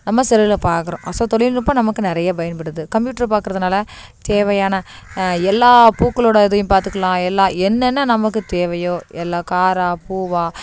நம்ம செல்லில் பார்க்குறோம் ஸோ தொழில்நுட்பம் நமக்கு நிறைய பயன்படுது கம்ப்யூட்டர பார்க்குறதுனால தேவையான எல்லா பூக்களோடய இதையும் பார்த்துக்கலாம் எல்லா என்ன என்ன நமக்கு தேவையோ எல்லா காரா பூவா